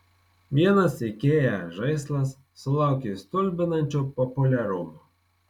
vienas ikea žaislas sulaukė stulbinančio populiarumo